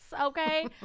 Okay